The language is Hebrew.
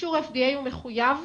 אישור FDA הוא מחויב,